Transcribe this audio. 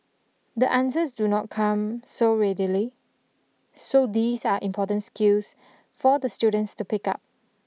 the answers do not come so readily so these are important skills for the students to pick up